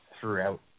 throughout